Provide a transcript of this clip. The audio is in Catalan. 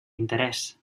interès